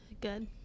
Good